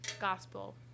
gospel